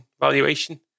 valuation